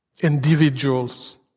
individuals